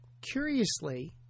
Curiously